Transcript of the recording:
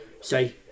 say